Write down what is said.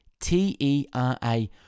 T-E-R-A